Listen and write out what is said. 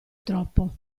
troppo